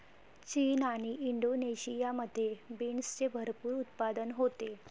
चीन आणि इंडोनेशियामध्ये बीन्सचे भरपूर उत्पादन होते